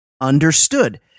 Understood